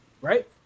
right